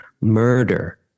murder